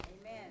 Amen